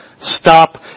Stop